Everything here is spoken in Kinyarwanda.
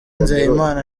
nzeyimana